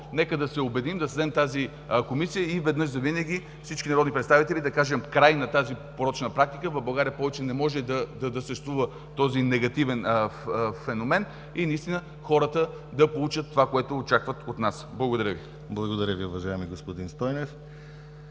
нека да се обединим, да създадем тази Комисия и веднъж завинаги всички народни представители да кажем: „Край на тази порочна практика, в България повече не може да съществува този негативен феномен“, и наистина хората да получат това, което очакват от нас. Благодаря Ви. ПРЕДСЕДАТЕЛ ДИМИТЪР ГЛАВЧЕВ: Благодаря Ви, уважаеми господин Стойнев.